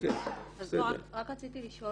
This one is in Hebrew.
רציתי לשאול